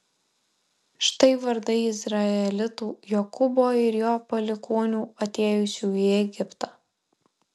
štai vardai izraelitų jokūbo ir jo palikuonių atėjusių į egiptą